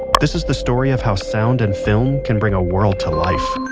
this is the story of how sound and film can bring a world to life